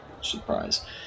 Surprise